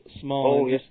small